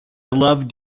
loved